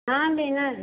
हाँ लेना है